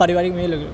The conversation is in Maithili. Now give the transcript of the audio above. पारिवारिक मेल